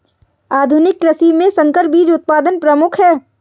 आधुनिक कृषि में संकर बीज उत्पादन प्रमुख है